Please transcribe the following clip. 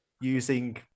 using